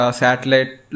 satellite